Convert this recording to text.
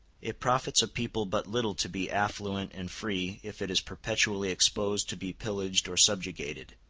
it profits a people but little to be affluent and free if it is perpetually exposed to be pillaged or subjugated